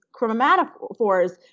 chromatophores